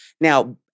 Now